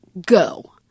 go